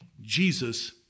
Jesus